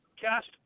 cast